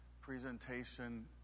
presentation